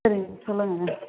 சரி சொல்லுங்க